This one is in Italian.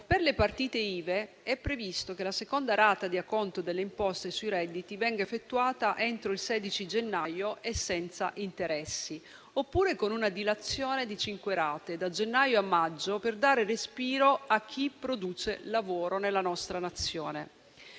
Per le partite IVA è previsto che la seconda rata di acconto delle imposte sui redditi venga effettuata entro il 16 gennaio e senza interessi, oppure con una dilazione di cinque rate da gennaio a maggio per dare respiro a chi produce lavoro nella nostra Nazione.